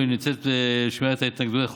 היא נמצאת בשמיעת ההתנגדויות על ידי